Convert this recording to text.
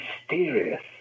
mysterious